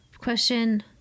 Question